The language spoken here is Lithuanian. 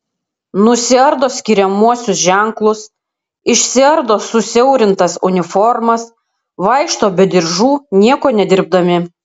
nusiardo skiriamuosius ženklus išsiardo susiaurintas uniformas vaikšto be diržų nieko nedirbdami